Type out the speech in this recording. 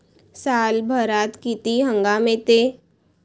सालभरात किती हंगाम येते?